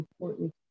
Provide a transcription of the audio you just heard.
important